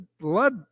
blood